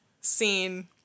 scene